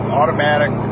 automatic